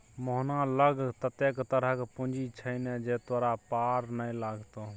मोहना लग ततेक तरहक पूंजी छै ने जे तोरा पार नै लागतौ